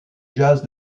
jazz